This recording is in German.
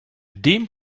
dem